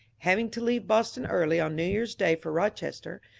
having to leave boston early on new year's day for eochester,